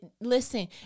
Listen